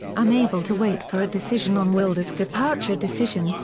unable to wait for a decision on wylde's departure decision,